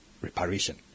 reparation